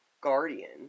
guardian